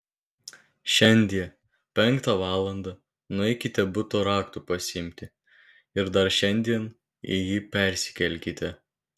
šiandie penktą valandą nueikite buto raktų pasiimti ir dar šiandien į jį persikelkite